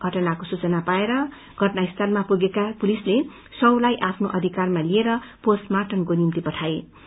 घटनाको सूचना पाएर घटना स्थलमा पुगेका पुलिसले शवलाई आपनो अधिकारमा लिएर पोष्टर्माटमको निम्ति पठाइदियो